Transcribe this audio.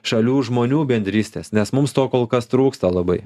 šalių žmonių bendrystės nes mums to kol kas trūksta labai